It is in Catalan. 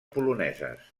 poloneses